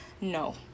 No